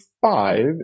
five